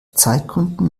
zeitgründen